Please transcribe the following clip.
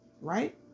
right